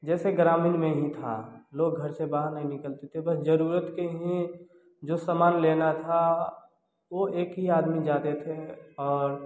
जैसे ग्रामीण में ही था लोग घर से बाहर नहीं निकलते थे बस ज़रूरत के ही जो सामान लेना था वह एक ही आदमी जाते थे और